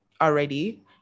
already